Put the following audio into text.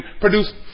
produce